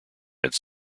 its